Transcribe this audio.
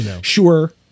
Sure